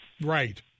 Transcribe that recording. Right